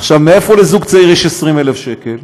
עכשיו, מאיפה לזוג צעיר יש 20,000 שקל?